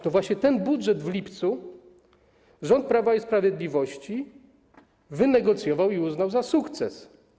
To właśnie ten budżet w lipcu rząd Prawa i Sprawiedliwości wynegocjował i uznał za sukces.